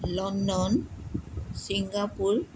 London Singapore